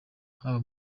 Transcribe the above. haba